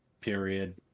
period